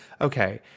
okay